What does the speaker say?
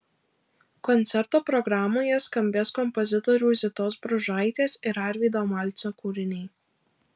koncerto programoje skambės kompozitorių zitos bružaitės ir arvydo malcio kūriniai